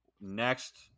next